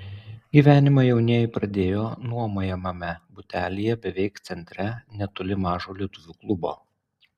gyvenimą jaunieji pradėjo nuomojamame butelyje beveik centre netoli mažo lietuvių klubo